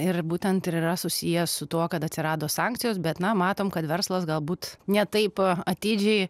ir būtent ir yra susiję su tuo kad atsirado sankcijos bet na matom kad verslas galbūt ne taip atidžiai